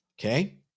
okay